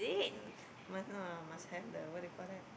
yeah must no lah must have the what do you call that